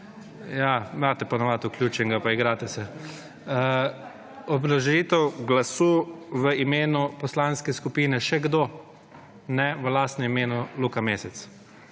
Ja, imate po navadi vključenega, pa igrate se. Obrazložitev glasu v imenu poslanske skupine še kdo? (Ne.) V lastnem imenu, Luka Mesec.